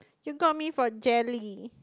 you got me for jelly